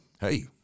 Hey